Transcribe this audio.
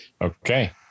Okay